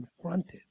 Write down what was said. confronted